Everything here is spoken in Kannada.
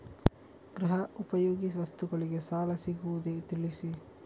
ಗೃಹ ಉಪಯೋಗಿ ವಸ್ತುಗಳಿಗೆ ಸಾಲ ಸಿಗುವುದೇ ತಿಳಿಸಿ?